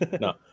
no